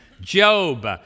Job